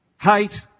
hate